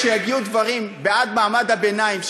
כשיגיעו דברים בעד מעמד הביניים,